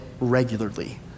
regularly